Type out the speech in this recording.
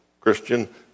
Christian